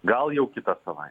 gal jau kitą savaitę